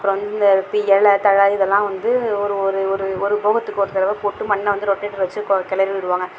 அப்றம் வந்து இந்த இல தழை இதெலாம் வந்து ஒரு ஒரு ஒரு ஒரு போகத்துக்கு ஒரு தடவை போட்டு மண்ணை வந்து ரொட்டேடர் வச்சு கிளறி விடுவாங்க